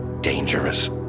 dangerous